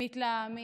מתלהמים,